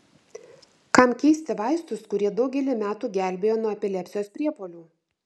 kam keisti vaistus kurie daugelį metų gelbėjo nuo epilepsijos priepuolių